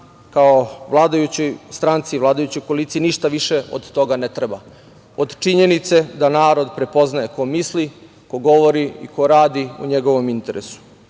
kao vladajućoj stranci, vladajućoj koaliciji ništa više od toga i ne treba, od činjenice da narod prepoznaje ko misli, ko govori i ko radi u njegovom interesu.